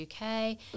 UK